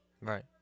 Right